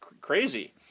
crazy